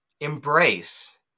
embrace